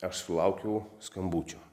aš sulaukiau skambučio